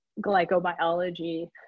glycobiology